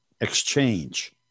exchange